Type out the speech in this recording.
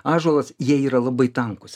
ąžuolas jie yra labai tankūs